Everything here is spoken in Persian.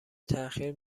تاخیر